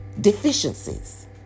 deficiencies